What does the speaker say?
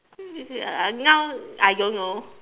is it now I don't know